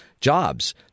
jobs